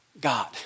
God